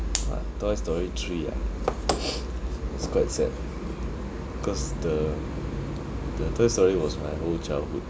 what toy story three ah it's quite sad cause the the toy story was my whole childhood